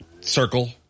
circle